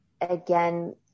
again